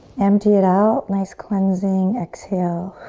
empty it out, nice cleansing exhale.